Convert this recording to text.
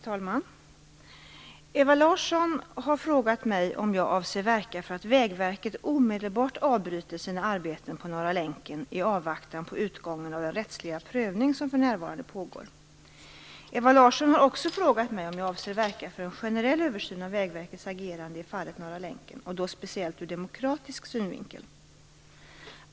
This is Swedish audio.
Fru talman! Ewa Larsson har frågat mig om jag avser verka för att Vägverket omedelbart avbryter sina arbeten på Norra länken i avvaktan på utgången av den rättsliga prövning som för närvarande pågår. Ewa Larsson har också frågat mig om jag avser verka för en generell översyn av Vägverkets agerande i fallet Norra länken, och då speciellt ur demokratiskt synvinkel.